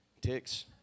ticks